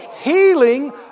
healing